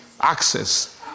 access